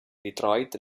detroit